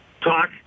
Talk